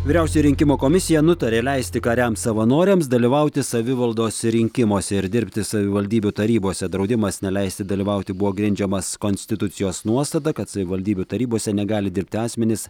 vyriausioji rinkimų komisija nutarė leisti kariams savanoriams dalyvauti savivaldos rinkimuose ir dirbti savivaldybių tarybose draudimas neleisti dalyvauti buvo grindžiamas konstitucijos nuostata kad savivaldybių tarybose negali dirbti asmenys